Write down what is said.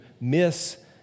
miss